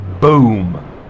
boom